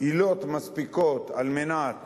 עילות מספיקות על מנת